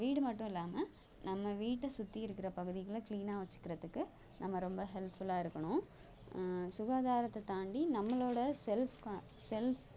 வீடு மட்டும் இல்லாமல் நம்ம வீட்டை சுற்றி இருக்கிற பகுதிகளை க்ளீனாக வச்சுக்கிறத்துக்கு நம்ம ரொம்ப ஹெல்ப்ஃபுல்லாக இருக்கணும் சுகாதாரத்தைத் தாண்டி நம்மளோடய செல்ஃப் கா செல்ஃப்